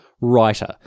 writer